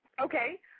Okay